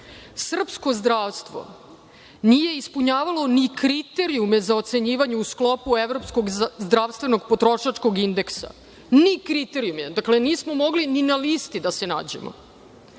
srpsko zdravstvo nije ispunjavalo ni kriterijume za ocenjivanje u sklopu Evropskog zdravstvenog potrošačkog indeksa, ni kriterijum jedan. Dakle, nismo mogli ni na listi da se nađemo.